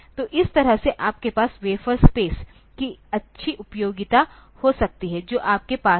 तो इस तरह से आपके पास वेफर स्पेस की अच्छी उपयोगिता हो सकती है जो आपके पास है